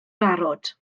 barod